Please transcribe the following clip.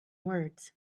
words